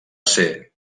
ser